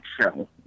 show